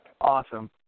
Awesome